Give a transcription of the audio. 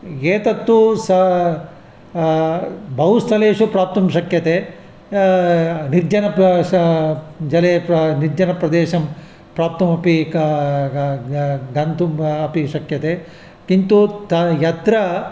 एतत्तु स बहु स्थलेषु प्राप्तुं शक्यते निर्जनजले प श प निर्जनप्रदेशं प्राप्तुमपि का गा गा गन्तुम् अपि शक्यते किन्तु त यत्र